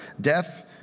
death